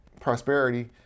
prosperity